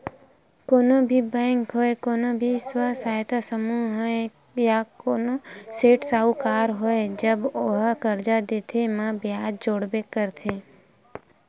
कोनो भी बेंक होवय कोनो स्व सहायता समूह होवय या कोनो सेठ साहूकार होवय जब ओहा करजा देथे म बियाज जोड़बे करथे